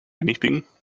anything